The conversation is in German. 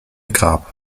grab